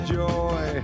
joy